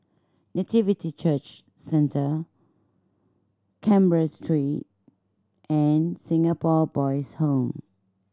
Nativity Church Centre Canberra Street and Singapore Boys' Home